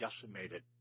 decimated